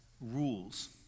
rules